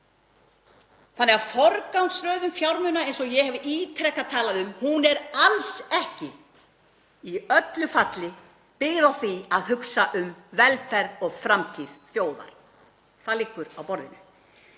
þjóðar. Forgangsröðun fjármuna, eins og ég hef ítrekað talað um, er alls ekki í öllu falli byggð á því að hugsa um velferð og framtíð þjóðar. Það liggur á borðinu.